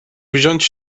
wziąć